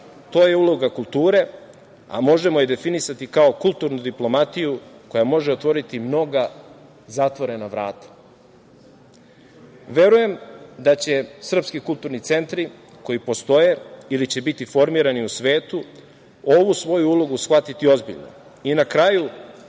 To je uloga kulture, a možemo je definisati kao kulturnu diplomatiju koja može otvoriti mnoga zatvorena vrata. Verujem da će srpski kulturni centri, koji postoje ili će biti formirani u svetu, ovu svoju ulogu shvatiti ozbiljno. Na kraju